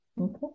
Okay